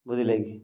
ବୁଝିଲେ କି